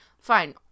Fine